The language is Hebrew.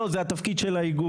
לא זה התפקיד של האיגוד,